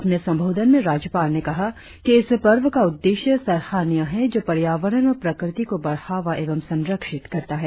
अपने संबोधन में राज्यपाल ने कहा कि इस पर्व का उद्देश्य सराहनीय है जो पर्यावरण और प्रकृति को बढ़ावा एवं संरक्षित करता है